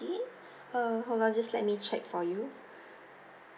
~ay err hold on just let me check for you